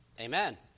Amen